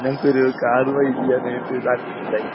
ഞങ്ങൾക്ക് ഒരു car try ചെയ്യാനായിട്ട് താൽപ്പര്യമുണ്ടായി